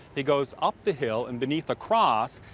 he goes up the hill, and beneath a cross,